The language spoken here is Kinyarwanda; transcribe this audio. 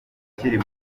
ukiri